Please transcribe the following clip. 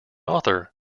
author